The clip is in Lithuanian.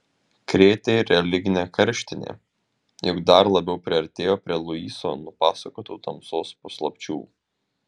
krėtė ir religinė karštinė juk dar labiau priartėjo prie luiso nupasakotų tamsos paslapčių